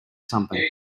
something